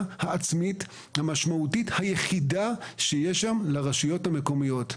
העצמית המשמעותית היחידה שיש היום לרשויות המקומיות.